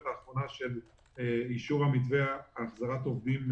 האחרונה של אישור המתווה להחזרת עובדים,